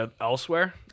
elsewhere